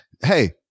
hey